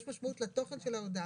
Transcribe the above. הרי יש משמעות לתוכן של ההודעה,